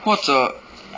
或者